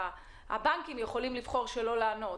הבנקים יכולים לבחור שלא לענות,